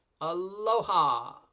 Aloha